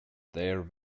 their